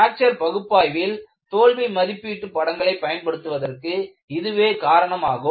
fracture பகுப்பாய்வில் தோல்வி மதிப்பீட்டு படங்களை பயன்படுத்துவதற்கு இதுவே காரணமாகும்